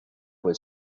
was